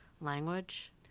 language